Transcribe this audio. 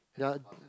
ya